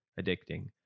addicting